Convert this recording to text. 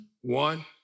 One